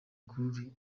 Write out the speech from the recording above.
gaulle